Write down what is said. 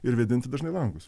ir vėdinti dažnai langus